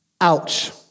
Ouch